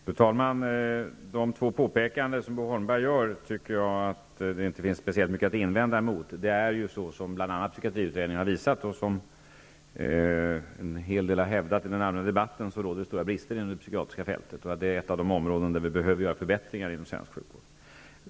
Fru talman! Det finns inte speciellt mycket att invända mot de två påpekanden som Bo Holmberg gör. Som bl.a. psykiatriutredningen har påvisat och som många hävdat i den allmänna debatten råder det stora brister på det psykiatriska fältet. Detta är ett av de områden inom svensk sjukvård där vi behöver göra förbättringar.